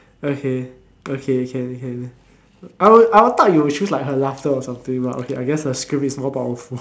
okay okay can can I would I would thought you would choose like her laughter or something but okay I guess her scream is more powerful